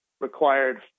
required